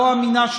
לא אמינה,